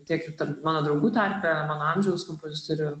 tiek ir tarp mano draugų tarpe mano amžiaus kompozitorių